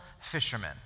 fishermen